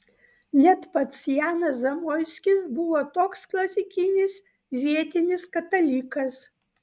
net pats janas zamoiskis buvo toks klasikinis vietinis katalikas